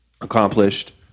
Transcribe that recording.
accomplished